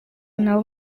nabo